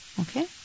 Okay